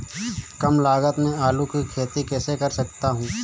कम लागत में आलू की खेती कैसे कर सकता हूँ?